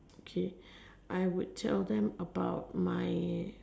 okay I would tell them about my